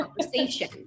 conversation